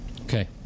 Okay